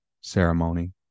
ceremony